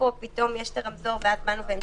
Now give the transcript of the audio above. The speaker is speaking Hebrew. כאילו פתאום יש את הרמזור ואז באנו והמצאנו.